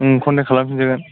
contact खालाम फिनजागोन